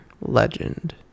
legend